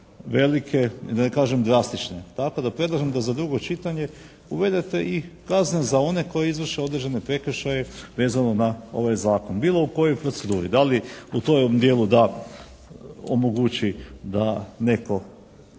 velike, da ne kažem drastične. Tako da predlažem da za drugo čitanje uvedete i kazne za one koji izvrše određene prekršaje vezano na ovaj zakon bilo u kojoj proceduri, da li u tom dijelu da omogući da netko